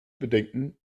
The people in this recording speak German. bedenken